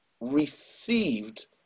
received